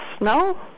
No